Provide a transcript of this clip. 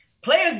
Players